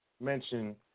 mention